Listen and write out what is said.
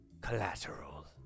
collateral